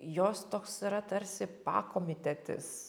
jos toks yra tarsi pakomitetis